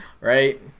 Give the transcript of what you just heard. right